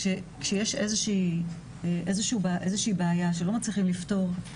כשיש איזושהי בעיה שלא מצליחים לפתור,